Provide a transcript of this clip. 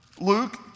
Luke